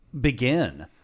begin